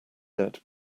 let